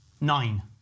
Nine